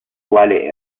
quale